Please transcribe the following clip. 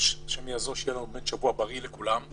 השם יעזור שיהיה לנו שבוע בריא לכולם.